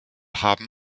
haben